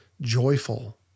joyful